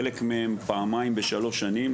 חלקם פעמיים בשלוש שנים,